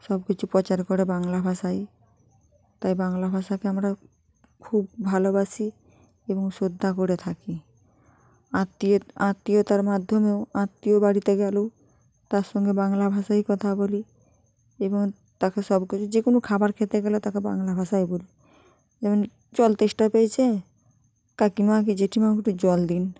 সব কিছু প্রচার করে বাংলা ভাষায় তাই বাংলা ভাষাকে আমরা খুব ভালোবাসি এবং শ্রদ্ধা করে থাকি আত্মীয়তার মাধ্যমেও আত্মীয় বাড়িতে গেলেও তার সঙ্গে বাংলা ভাষায় কথা বলি এবং তাকে সব কিছু যে কোনও খাবার খেতে গেলে তাকে বাংলা ভাষায় বলি যেমন জল তেষ্টা পেয়েছে কাকিমা কি জ্যেঠিমা হোক একটু জল দিন